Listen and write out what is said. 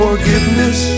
Forgiveness